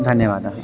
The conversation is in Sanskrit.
धन्यवादः